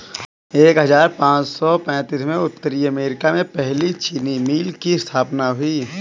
एक हजार पाँच सौ पैतीस में उत्तरी अमेरिकी में पहली चीनी मिल की स्थापना हुई